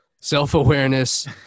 self-awareness